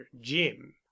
jim